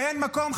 ואין מקום,